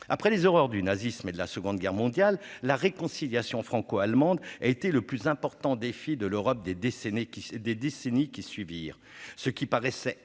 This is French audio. après les horreurs du nazisme et de la seconde guerre mondiale : la réconciliation franco-allemande a été le plus important défi de l'Europe des décennies, des décennies qui suivirent ce qui paraissait impensable